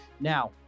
Now